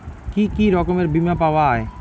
কি কি রকমের বিমা পাওয়া য়ায়?